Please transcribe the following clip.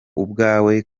ubwawe